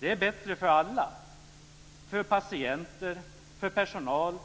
Det är bättre för alla, patienter, personal